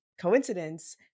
coincidence